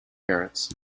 parents